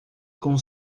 com